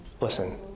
listen